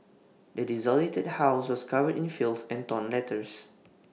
the desolated house was covered in filth and torn letters